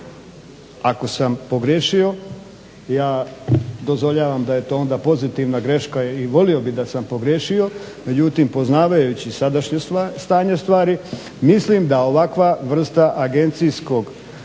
Ako sam pogriješio ja dozvoljavam da je to onda pozitivna greška i volio bih da sam pogriješio. Međutim poznavajući sadašnje stanje stvari mislim da ovakva vrsta agencijskog